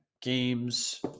Games